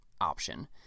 option